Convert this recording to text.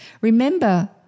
Remember